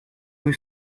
rue